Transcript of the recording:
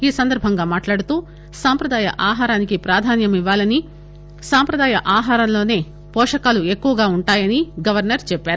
ఈ సందర్బంగా మాట్లాడుతూ సంప్రదాయ ఆహారానికి ప్రాధాన్యం ఇవ్వాలనీ సంప్రదాయ ఆహారంలోసే వోషకాలు ఎక్కువ వుంటాయని గవర్పర్ చెప్పారు